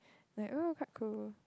like woh quite cool